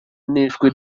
n’ijwi